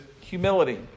humility